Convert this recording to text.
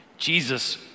Jesus